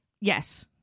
Yes